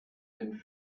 and